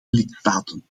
lidstaten